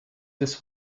this